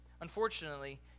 unfortunately